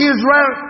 Israel